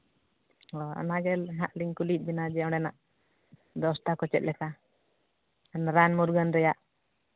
ᱦᱚᱸ ᱚᱱᱟᱜᱮ ᱦᱟᱸᱜ ᱠᱩᱞᱤᱭᱮᱫ ᱵᱮᱱᱟ ᱡᱮ ᱚᱸᱰᱮᱱᱟᱜ ᱵᱮᱵᱚᱥᱛᱷᱟ ᱫᱚ ᱪᱮᱫ ᱞᱮᱠᱟ ᱨᱟᱱ ᱢᱩᱨᱜᱟᱹᱱ ᱨᱮᱭᱟᱜ